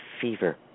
fever